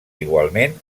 igualment